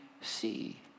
see